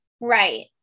right